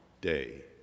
day